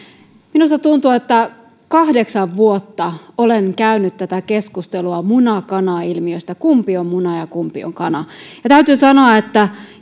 minusta tuntuu että kahdeksan vuotta olen käynyt tätä keskustelua muna kana ilmiöstä kumpi on muna ja kumpi on kana ja täytyy sanoa että